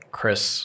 Chris